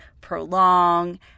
prolong